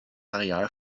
areal